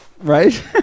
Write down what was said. Right